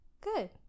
Good